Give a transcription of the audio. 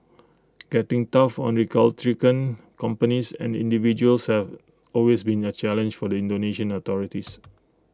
getting tough on recalcitrant companies and individuals have always been A challenge for the Indonesian authorities